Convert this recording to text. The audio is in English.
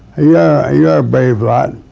yeah you're a brave lot.